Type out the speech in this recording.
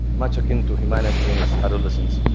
much akin to humanity in its adolescence,